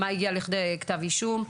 מה הגיע לכדי כתב אישום?